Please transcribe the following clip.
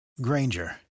Granger